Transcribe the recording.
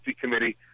Committee